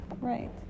Right